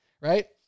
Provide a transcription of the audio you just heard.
right